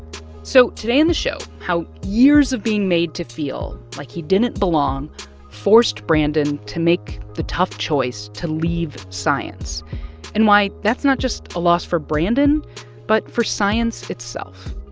so today in the show, how years of being made to feel like he didn't belong forced brandon to make the tough choice to leave science and why that's not just a loss for brandon but for science itself.